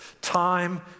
time